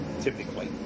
Typically